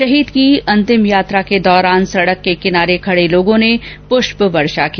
शहीद की अंतिम यात्रा को दौरान सड़क के किनारे खडे लोगों ने पुष्पवर्षा की